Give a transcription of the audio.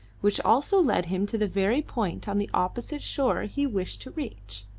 which also led him to the very point on the opposite shore he wished to reach.